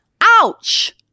Ouch